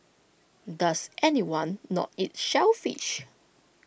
does anyone not eat shellfish